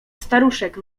staruszek